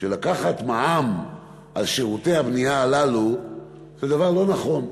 לקחת מע"מ על שירותי הבנייה הללו זה דבר לא נכון.